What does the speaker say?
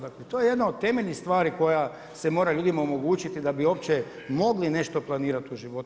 Dakle to je jedna od temeljnih stvari koja se mora ljudima omogućiti da bi uopće mogli nešto planirati u životu.